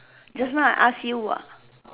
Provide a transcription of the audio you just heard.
just now I ask you what